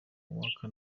uwaka